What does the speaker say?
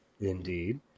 Indeed